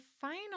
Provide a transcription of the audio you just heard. final